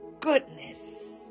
goodness